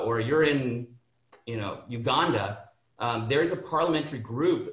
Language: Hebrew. לדוגמה בגלל שהם נוצרים שמאמינים בברית החדשה,